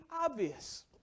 obvious